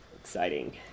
Exciting